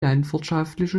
landwirtschaftliche